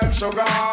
sugar